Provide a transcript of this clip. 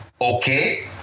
okay